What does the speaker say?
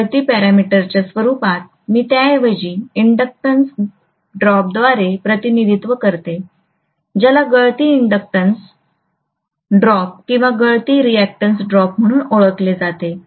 गळती पॅरामीटरच्या स्वरूपात मी त्याऐवजी इंडिकेन्टस ड्रॉपद्वारे प्रतिनिधित्व करतो ज्याला गळती इंडक्टन्स ड्रॉप किंवा गळती रिअॅक्टन्स ड्रॉप म्हणून ओळखले जाते